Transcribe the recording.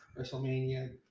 WrestleMania